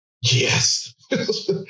Yes